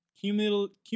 cumulative